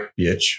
bitch